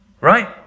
right